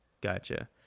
gotcha